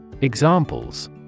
Examples